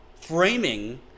framing